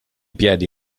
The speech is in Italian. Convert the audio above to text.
piedi